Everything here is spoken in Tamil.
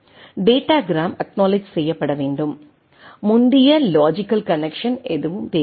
டேட்டாகிராம் அக்நாலெட்ஜ் செய்யப்பட வேண்டும் முந்தைய லாஜிக்கல் கனெக்சன் எதுவும் தேவையில்லை